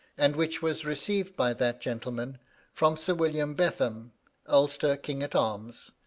and which was received by that gentleman from sir william betham, ulster king-at-arms,